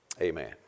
Amen